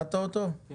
קודם.